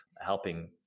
helping